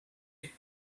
with